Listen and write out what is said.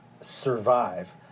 survive